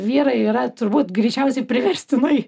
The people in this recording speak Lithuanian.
vyrai yra turbūt greičiausiai priverstinai